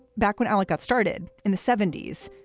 back when alec got started in the seventy s,